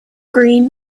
green